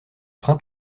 frein